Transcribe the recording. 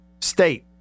State